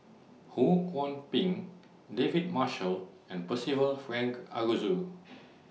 Ho Kwon Ping David Marshall and Percival Frank Aroozoo